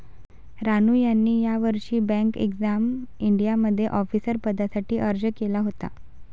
रानू यांनी यावर्षी bank exam इंडियामध्ये ऑफिसर पदासाठी अर्ज केला होता